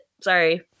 sorry